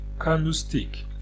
Candlestick